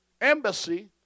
Embassy